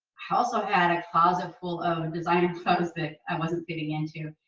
i also had a closet full of designer clothes that i wasn't fitting into.